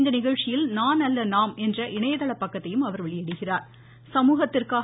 இந்நிகழ்ச்சியில் நான் அல்ல நாம் என்ற இணையதள பக்கத்தையும் அவர் வெளியிடுகிறார்